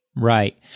Right